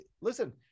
listen